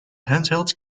handheld